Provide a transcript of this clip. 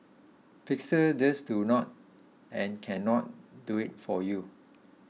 Pixels just do not and cannot do it for you